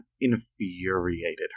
infuriated